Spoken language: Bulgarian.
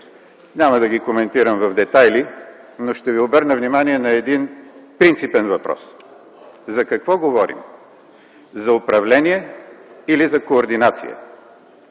Няма да ги коментирам в детайли. Ще ви обърна внимание на един принципен въпрос: за какво говорим – за управление или за координация?